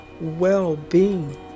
well-being